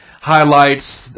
highlights